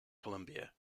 columbia